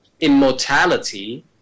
immortality